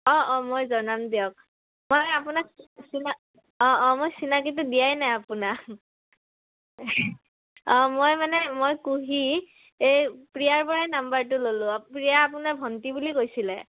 অঁ অঁ মই জনাম দিয়ক মই আপোনাক চিনাকি অঁ অঁ মই চিনাকিটো দিয়াই নাই আপোনাক অঁ মই মানে মই কুহি এই প্ৰিয়াৰ পৰাই নাম্বাৰটো ল'লোঁ প্ৰিয়াৰ আপোনাৰ ভণ্টি বুলি কৈছিলে